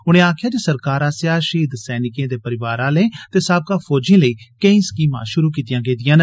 उनें आक्खेआ जे सरकार आस्सेआ शहीद सैनिकें दे परिवार आलें ते साबका फौजिए लेई केई स्कीमां शुरू कीती दियां न